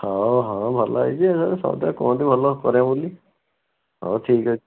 ହଁ ହଁ ଭଲ ହେଇଛି ଯେ ସମସ୍ତେ କୁହନ୍ତି ଭଲ କରେ ବୋଲି ହଉ ଠିକ୍ ଅଛି